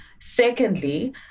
Secondly